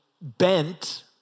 bent